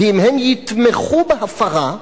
ואם הם יתמכו בהפרה,